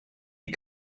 die